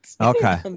Okay